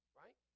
right